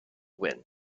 win